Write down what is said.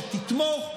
שתתמוך.